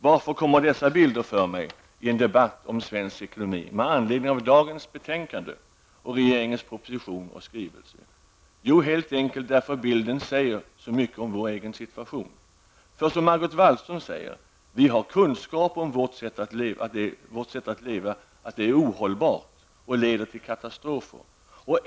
Varför kommer dessa bilder för mig i en debatt om svensk ekonomi med anledning av dagens betänkande, regeringens proposition och skrivelse? Jo, helt enkelt därför att bilden säger så mycket om vår situation. Som Margot Wallström sade har vi kunskaper om vårt sätt att leva. Det är ohållbart och leder till katastrofer.